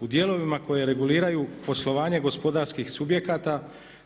u dijelovima koji reguliraju poslovanje gospodarskih subjekata